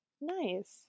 Nice